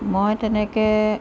মই তেনেকৈ